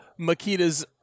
Makita's